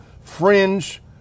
fringe